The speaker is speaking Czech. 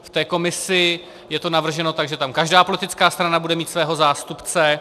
K té komisi je to navrženo tak, že tam každá politická strana bude mít svého zástupce.